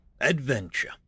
Adventure